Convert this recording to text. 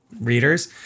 readers